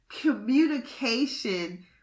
communication